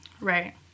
Right